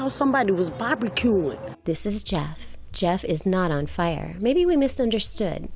no somebody was barbecuing this is jeff jeff is not on fire maybe we misunderstood